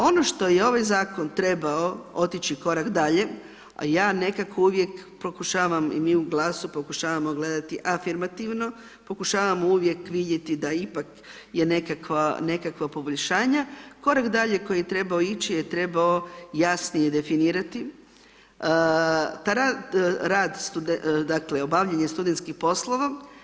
Ono što je ovaj zakon trebao otići korak dalje, a ja nekako uvijek pokušavam i mi u Glasu pokušavamo gledati afirmativno, pokušavamo uvijek vidjeti da ipak je nekakvo poboljšanje, korak dalje koji je trebao ići je trebao jasnije definirati rad dakle obavljanje studentskih poslova.